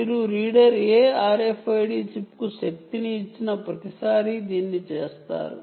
మీరు reader RFID చిప్కు శక్తి నిఇచ్చిన ప్రతిసారీ దీన్ని చేస్తారు